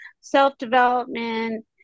self-development